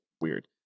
weird